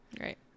right